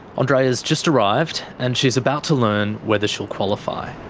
andreea's just arrived. and she's about to learn whether she'll qualify.